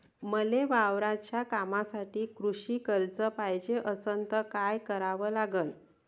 मले वावराच्या कामासाठी कृषी कर्ज पायजे असनं त काय कराव लागन?